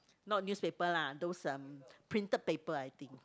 not newspaper lah those um printed paper I think